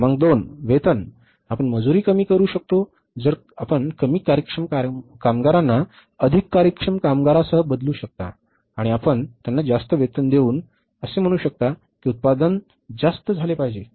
क्रमांक 2 वेतन आपण मजुरी कमी करू शकतो जर आपण कमी कार्यक्षम कामगारांना अधिक कार्यक्षम कामगारांसह बदलू शकता आणि आपण त्यांना जास्त वेतन देऊन असे म्हणू शकता की उत्पादन जास्त झाले पाहिजे